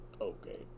Okay